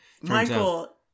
Michael